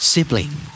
Sibling